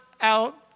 out